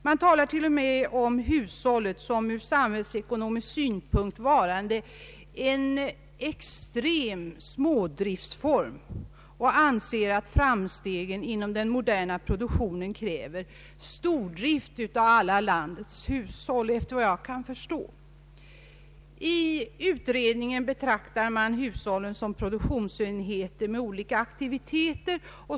Man talar t.o.m. om hushållet såsom varande en från samhällsekonomisk synpunkt extrem smådriftsform. Efter vad jag kan förstå anser man att framstegen inom den moderna produktionen kräver stordrift av alla landets hushåll. I utredningen betraktar man hushållen såsom produktionsenheter med olika aktiviteter.